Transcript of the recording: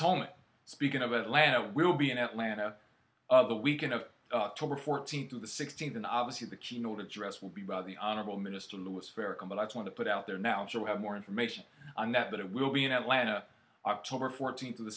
tell me speaking of atlanta will be in atlanta the weekend of october fourteenth through the sixteenth and obviously the keynote address will be by the honorable minister louis farrakhan but i want to put out there now so we have more information on that but it will be in atlanta october fourteenth of the